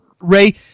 Ray